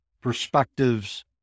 perspectives